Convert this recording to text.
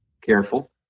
careful